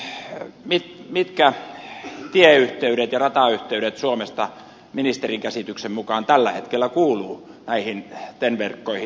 mitkä tieyhteydet ja ratayhteydet suomesta ministerin käsityksen mukaan tällä hetkellä kuuluvat näihin ten verkkoihin